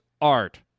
Art